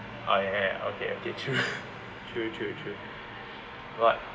oh ya ya ya ya okay okay true true true true what